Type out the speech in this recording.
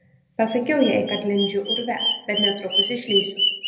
pasakiau jai kad lindžiu urve bet netrukus išlįsiu